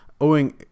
owing